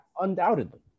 undoubtedly